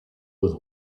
with